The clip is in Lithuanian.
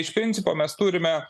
iš principo mes turime